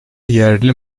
yerli